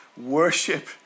Worship